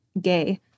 gay